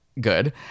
good